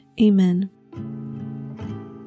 Amen